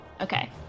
Okay